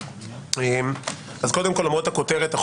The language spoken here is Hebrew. למרות הכותרת,